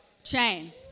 chain